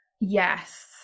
Yes